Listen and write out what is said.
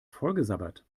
vollgesabbert